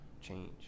change